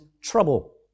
trouble